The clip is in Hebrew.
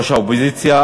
(ראש האופוזיציה),